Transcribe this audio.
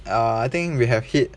uh I think we have hit